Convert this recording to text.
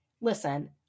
listen